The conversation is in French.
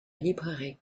librairie